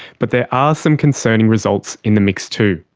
but there are some concerning results in the mix too.